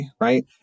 right